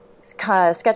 sketch